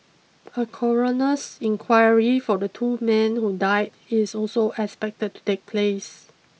a coroner's inquiry for the two men who died is also expected to take place